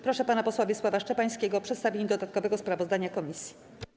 Proszę pana posła Wiesława Szczepańskiego o przedstawienie dodatkowego sprawozdania komisji.